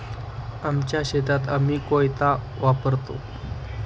आमच्या शेतात आम्ही कोयता वापरतो